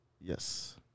Yes